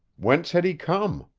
whence had he come?